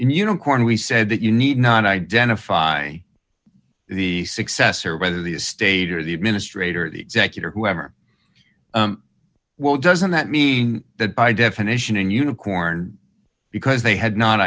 immuno corn we said that you need not identify the successor whether the estate or the administrator of the executor whoever well doesn't that mean that by definition in unicorn because they had not